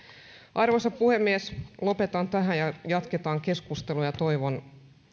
arvoisa puhemies lopetan tähän ja jatketaan keskustelua toivon